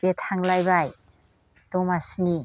बे थांलायबाय दमासिनि